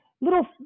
little